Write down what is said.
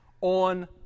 on